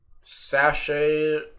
sachet